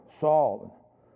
Saul